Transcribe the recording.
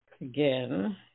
again